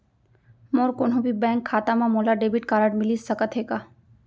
मोर कोनो भी बैंक खाता मा मोला डेबिट कारड मिलिस सकत हे का?